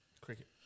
cricket